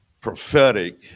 prophetic